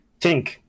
Tink